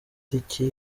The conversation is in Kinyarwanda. pariki